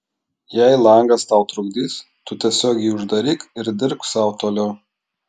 jei langas tau trukdys tu tiesiog jį uždaryk ir dirbk sau toliau